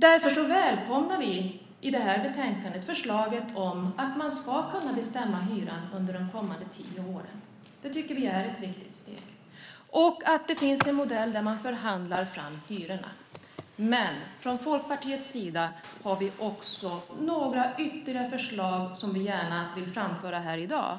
Därför välkomnar vi förslaget i det här betänkandet att man ska kunna bestämma hyran under de kommande tio åren - vi tycker att det är ett viktigt steg - och att det finns en modell där man förhandlar fram hyrorna. Från Folkpartiets sida har vi några ytterligare förslag som vi gärna vill framföra här i dag